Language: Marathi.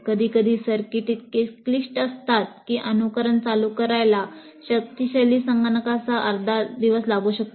कधीकधी सर्किट्स इतके क्लिष्ट असतात की एका अनुकरण चालू करायला शक्तिशाली संगणकासह अर्धा दिवस लागू शकतो